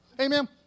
Amen